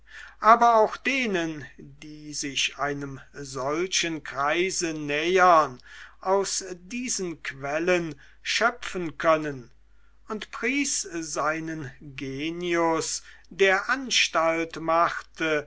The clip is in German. aber auch denen die sich einem solchen kreise nähern aus diesen quellen schöpfen können und pries seinen genius der anstalt machte